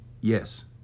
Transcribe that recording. Yes